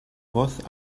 voz